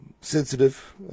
sensitive